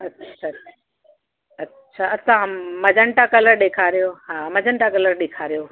अच्छा अच्छा अच्छा तव्हां मजंटा कलर ॾेखारियो हा मजंटा कलर ॾेखारियो